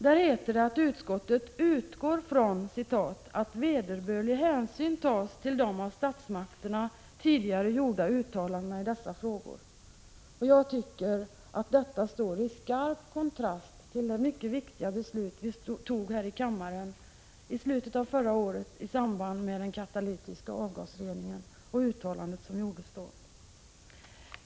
Där heter det att utskottet utgår från att vederbörlig hänsyn tas till de av statsmakterna tidigare gjorda uttalandena i dessa frågor. Jag tycker att detta står i skarp kontrast till det mycket viktiga beslut vi tog här i kammaren i slutet av förra året i samband med behandlingen av den katalytiska avgasreningen och uttalanden som gjordes då.